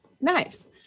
Nice